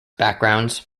backgrounds